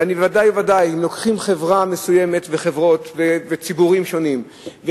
ואם לוקחים חברה מסוימת וחברות וציבורים שונים,